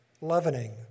leavening